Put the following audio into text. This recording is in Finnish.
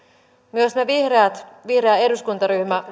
myös me vihreät vihreä eduskuntaryhmä